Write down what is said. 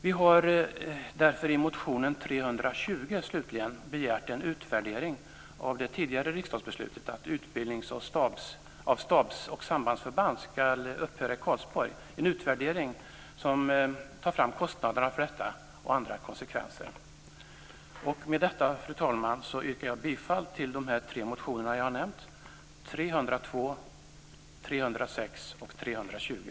Vi har därför i motion 320, slutligen, begärt en utvärdering av det tidigare riksdagsbeslutet att utbildning av stabs och sambandsförband skall upphöra i Karlsborg. Det är en utvärdering som tar fram kostnader och andra konsekvenser för detta. Med detta, fru talman, yrkar jag bifall till de tre motioner som jag har nämnt: 302, 306 och 320.